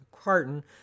carton